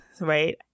right